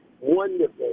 wonderful